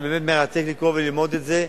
זה באמת מרתק לקרוא וללמוד את זה.